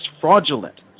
fraudulent